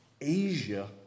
Asia